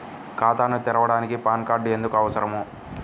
ఖాతాను తెరవడానికి PAN card ఎందుకు అవసరము?